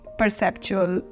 perceptual